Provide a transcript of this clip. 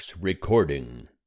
recording